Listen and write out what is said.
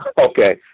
okay